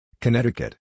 Connecticut